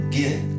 get